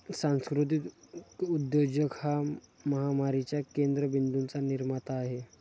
सांस्कृतिक उद्योजक हा महामारीच्या केंद्र बिंदूंचा निर्माता आहे